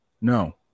no